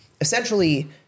essentially